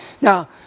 Now